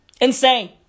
Insane